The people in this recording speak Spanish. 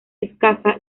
escasa